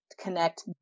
connect